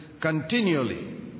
continually